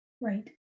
right